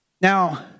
Now